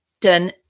done